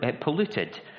polluted